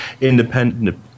independent